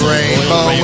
Rainbow